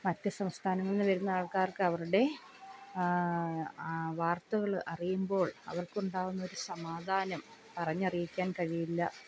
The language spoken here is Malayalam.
മറ്റു സംസ്ഥാനങ്ങളിൽനിന്ന് വരുന്ന ആൾക്കാർക്ക് അവരുടെ വാർത്തകൾ അറിയുമ്പോൾ അവർക്കുണ്ടാകുന്നൊരു സമാധാനം പറഞ്ഞറിയിക്കാൻ കഴിയില്ല